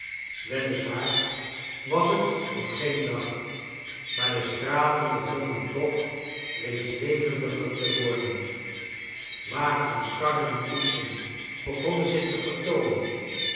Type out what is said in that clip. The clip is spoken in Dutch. waar was het nog geen dag maar de straten begonnen toch reeds levendiger te worden wagens karren en koetsen begonnen zich te vertoonen